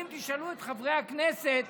אם תשאלו את חברי הכנסת